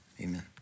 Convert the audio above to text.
amen